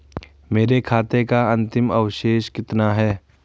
मेरे खाते का अंतिम अवशेष कितना है?